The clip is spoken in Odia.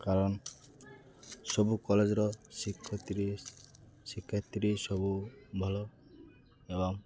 କାରଣ ସବୁ କଲେଜର ଶିକ୍ଷୟତ୍ରୀ ଶିକ୍ଷୟତ୍ରୀ ସବୁ ଭଲ ଏବଂ